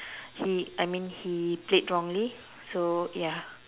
he I mean he played wrongly so ya